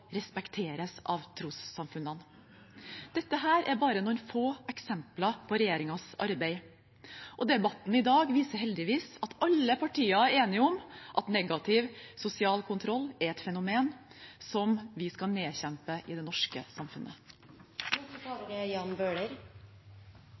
respekteres av trossamfunnene. Dette er bare noen få eksempler på regjeringens arbeid, og debatten i dag viser heldigvis at alle partier er enige om at negativ sosial kontroll er et fenomen som vi skal nedkjempe i det norske samfunnet.